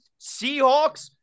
Seahawks